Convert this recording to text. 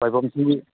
ꯋꯥꯏꯐꯝꯁꯤ